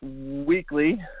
Weekly